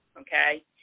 Okay